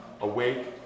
awake